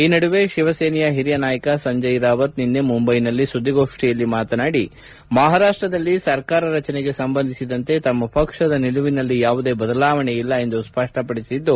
ಈ ನಡುವೆ ಶಿವಸೇನೆಯ ಹಿರಿಯ ನಾಯಕ ಸಂಜಯ್ ರಾವತ್ ನಿನ್ನೆ ಮುಂದ್ಯೆನಲ್ಲಿ ಸುದ್ದಿಗೋಷ್ಟಿಯಲ್ಲಿ ಮಾತನಾಡಿ ಮಹಾರಾಪ್ಲದಲ್ಲಿ ಸರ್ಕಾರ ರಚನೆಗೆ ಸಂಬಂಧಿಸಿದಂತೆ ತಮ್ನ ಪಕ್ಷದ ನಿಲುವಿನಲ್ಲಿ ಯಾವುದೇ ಬದಲಾವಣೆ ಇಲ್ಲ ಎಂದು ಸ್ಪಷ್ಪಡಿಸಿದ್ದು